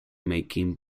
making